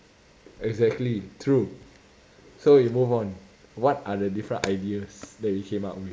exactly true so we move on what are the different ideas that we came up with